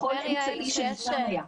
בכל אמצעי שניתן היה.